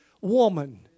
woman